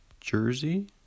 jersey